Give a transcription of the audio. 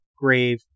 grave